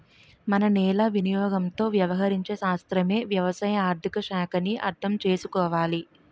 మన నేల వినియోగంతో వ్యవహరించే శాస్త్రమే వ్యవసాయ ఆర్థిక శాఖ అని అర్థం చేసుకోవాలి